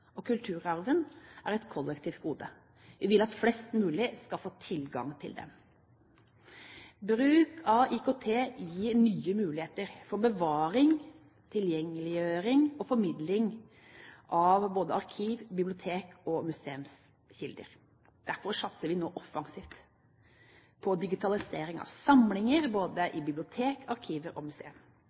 og samfunnsutvikling. Kulturarven er et kollektivt gode. Vi vil at flest mulig skal få tilgang til den. Bruk av IKT gir nye muligheter for bevaring, tilgjengeliggjøring og formidling av både arkiv-, bibliotek- og museumskilder. Derfor satser vi nå offensivt på digitalisering av samlinger i både biblioteker, arkiver og